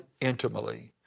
intimately